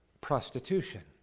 prostitution